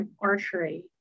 archery